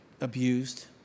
abused